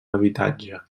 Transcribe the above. habitatge